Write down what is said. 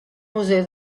museo